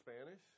Spanish